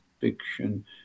fiction